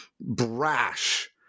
brash